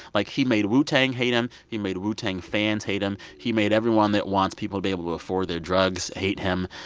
like, he made wu-tang hate him. he made wu-tang fans hate him. he made everyone that wants people to be able to afford their drugs hate him.